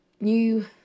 new